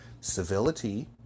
civility